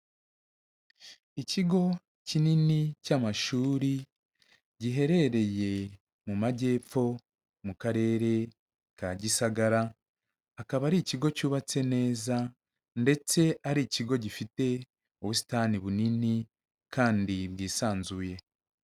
Ikigo kinini cy'amashuri giherereye mu Majyepfo mu Karere ka Gisagara, akaba ari ikigo cyubatse neza ndetse ari ikigo gifite ubusitani bunini kandi bwisanzuye.